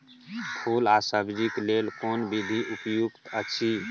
फूल आ सब्जीक लेल कोन विधी उपयुक्त अछि?